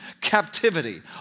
captivity